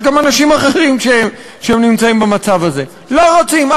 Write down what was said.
יש גם אנשים אחרים שנמצאים במצב הזה: לא רוצים,